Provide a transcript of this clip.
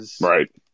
right